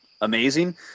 amazing